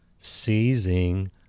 Seizing